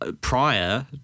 prior